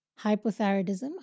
Hypothyroidism